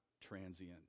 transient